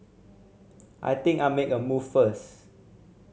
I think I'll make a move first